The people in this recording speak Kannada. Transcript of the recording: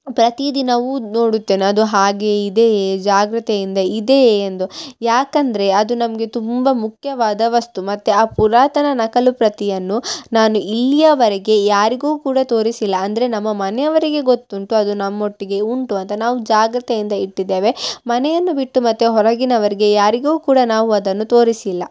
ಪ್ರತಿದಿನವೂ ನೋಡುತ್ತೇನೆ ಅದು ಹಾಗೆಯೇ ಇದೆಯೇ ಜಾಗ್ರತೆಯಿಂದ ಇದೆಯೇ ಎಂದು ಯಾಕಂದರೆ ಅದು ನಮ್ಗೆ ತುಂಬ ಮುಖ್ಯವಾದ ವಸ್ತು ಮತ್ತು ಆ ಪುರಾತನ ನಕಲುಪ್ರತಿಯನ್ನು ನಾನು ಇಲ್ಲಿಯವರೆಗೆ ಯಾರಿಗೂ ಕೂಡ ತೋರಿಸಿಲ್ಲ ಅಂದರೆ ನಮ್ಮ ಮನೆ ಅವರಿಗೆ ಗೊತ್ತುಂಟು ಅದು ನಮ್ಮ ಒಟ್ಟಿಗೆ ಉಂಟು ಅಂತ ನಾವು ಜಾಗ್ರತೆಯಿಂದ ಇಟ್ಟಿದ್ದೇವೆ ಮನೆಯನ್ನು ಬಿಟ್ಟು ಮತ್ತು ಹೊರಗಿನವರಿಗೆ ಯಾರಿಗೂ ಕೂಡ ನಾವು ಅದನ್ನು ತೋರಿಸಿಲ್ಲ